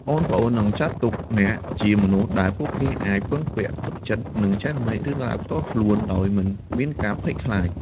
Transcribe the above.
ប្អូនៗនឹងចាត់ទុកអ្នកជាមនុស្សដែលពួកគេអាច ពឹងពាក់ ទុកចិត្ត និងចែករំលែករឿងរ៉ាវ ផ្ទាល់ខ្លួនដោយមិនមានការភ័យខ្លាច ។